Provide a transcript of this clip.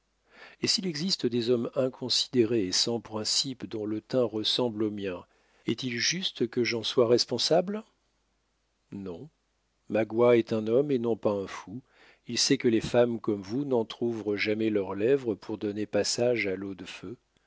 et s'il existe des hommes inconsidérés et sans principes dont le teint ressemble au mien est-il juste que j'en sois responsable non magua est un homme et non pas un fou il sait que les femmes comme vous n'entrouvrent jamais leurs lèvres pour donner passage à l'eau de feu